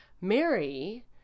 Mary